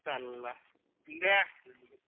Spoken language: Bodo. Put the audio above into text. जारला दे